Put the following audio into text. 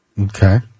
Okay